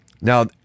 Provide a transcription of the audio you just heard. Now